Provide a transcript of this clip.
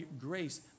grace